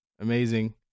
amazing